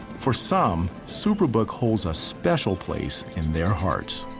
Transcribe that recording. for some, superbook holds a special place in their hearts.